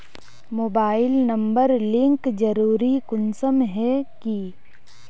Mobile number link जरुरी कुंसम है की?